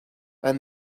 and